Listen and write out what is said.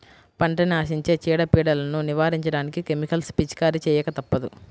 పంటని ఆశించే చీడ, పీడలను నివారించడానికి కెమికల్స్ పిచికారీ చేయక తప్పదు